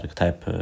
type